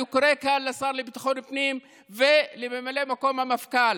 אני קורא כאן לשר לביטחון הפנים ולממלא מקום המפכ"ל: